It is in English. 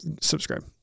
Subscribe